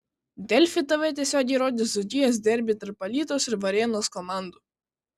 delfi tv tiesiogiai rodys dzūkijos derbį tarp alytaus ir varėnos komandų